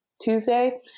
Tuesday